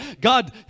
God